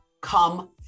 come